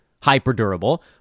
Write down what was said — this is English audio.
hyper-durable